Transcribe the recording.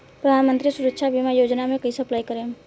प्रधानमंत्री सुरक्षा बीमा योजना मे कैसे अप्लाई करेम?